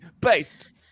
based